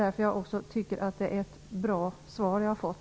Därför tycker jag att det är ett bra svar jag har fått.